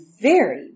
very